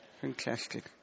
Fantastic